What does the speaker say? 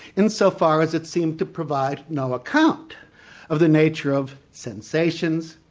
insofar as it seemed to provide no account of the nature of sensations,